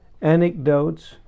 anecdotes